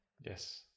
Yes